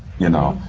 you know?